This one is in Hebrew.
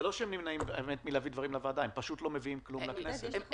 הם פשוט לא מביאים כלום לכנסת.